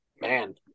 man